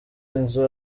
inzu